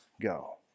go